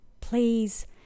Please